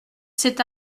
cet